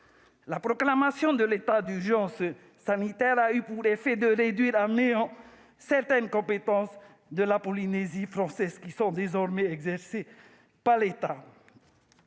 la proclamation de l'état d'urgence sanitaire a eu pour effet de réduire à néant certaines compétences de la Polynésie française, désormais exercées par l'État.